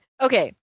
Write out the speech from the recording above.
okay